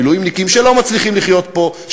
אלה המילואימניקים שלא מצליחים לחיות פה,